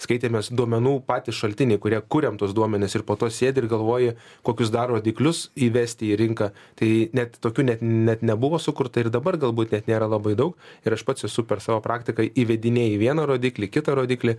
skaitėmės duomenų patys šaltiniai kurie kuriam tuos duomenis ir po to sėdi ir galvoji kokius dar rodiklius įvesti į rinką tai net tokiu net net nebuvo sukurta ir dabar galbūt nėra labai daug ir aš pats esu per savo praktiką įvedinėji vieną rodiklį kitą rodiklį